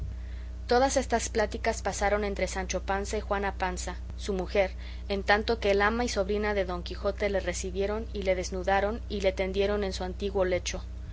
todas estas pláticas pasaron entre sancho panza y juana panza su mujer en tanto que el ama y sobrina de don quijote le recibieron y le desnudaron y le tendieron en su antiguo lecho